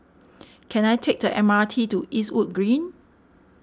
can I take the M R T to Eastwood Green